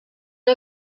una